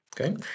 okay